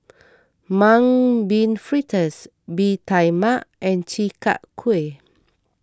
Mung Bean Fritters Bee Tai Mak and Chi Kak Kuih